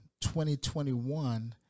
2021